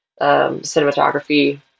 cinematography